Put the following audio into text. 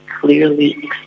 clearly